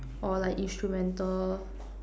or like instrumental